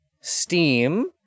Steam